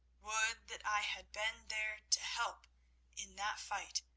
would that i had been there to help in that fight,